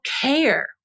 care